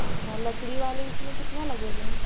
अच्छा लकड़ी वाली इसमें कितना लगेगी